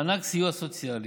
מענק סיוע סוציאלי,